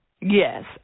Yes